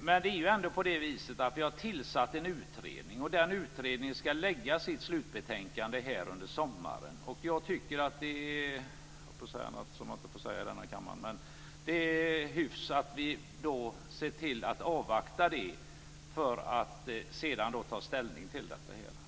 Men nu har vi ändå tillsatt en utredning, och den utredningen ska lägga fram sitt slutbetänkande under sommaren. Jag tycker att det är - jag höll på att säga något som man inte får säga i denna kammare - hyfs att vi då ser till att avvakta detta för att sedan ta ställning till det.